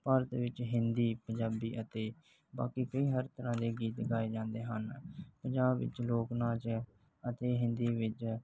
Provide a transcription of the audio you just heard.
ਭਾਰਤ ਵਿੱਚ ਹਿੰਦੀ ਪੰਜਾਬੀ ਅਤੇ ਬਾਕੀ ਕਈ ਹਰ ਤਰ੍ਹਾਂ ਦੇ ਗੀਤ ਗਾਏ ਜਾਂਦੇ ਹਨ ਪੰਜਾਬ ਵਿੱਚ ਲੋਕ ਨਾਚ ਹੈ ਅਤੇ ਹਿੰਦੀ ਵਿੱਚ